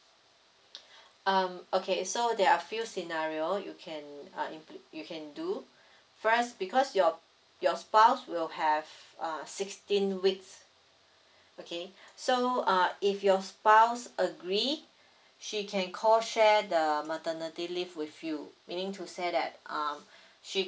um okay so there're a few scenario you can uh you you can do first because your your spouse will have uh sixteen weeks okay so uh if your spouse agree she can co share the maternity leave with you meaning to say that uh she